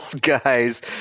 guys